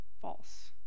false